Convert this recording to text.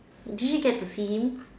did she get to see him